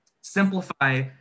simplify